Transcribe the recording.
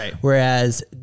whereas